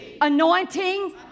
anointing